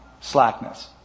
slackness